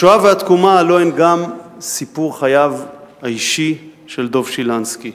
השואה והתקומה הלוא הן גם סיפור חייו האישי של דב שילנסקי.